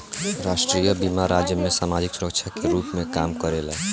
राष्ट्रीय बीमा राज्य में सामाजिक सुरक्षा के रूप में काम करेला